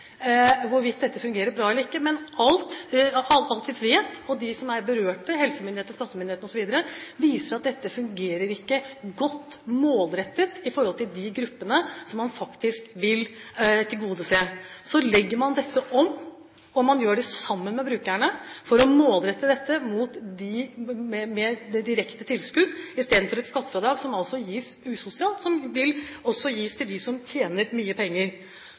hvorvidt dette fungerer bra eller ikke, men alt vi vet – også de som er berørt, helsemyndighetene og skattemyndighetene, osv. – viser at dette fungerer ikke godt målrettet i forhold til de gruppene man faktisk vil tilgodese. Så legger man dette om, og man gjør det sammen med brukerne for å målrette dette mot mer direkte tilskudd, i stedet for å gi et usosialt skattefradrag, som også gis til dem som tjener mye penger.